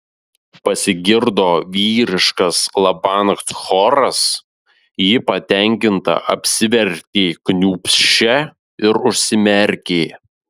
pasigirdo vyriškas labanakt choras ji patenkinta apsivertė kniūbsčia ir užsimerkė